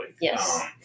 yes